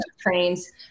trains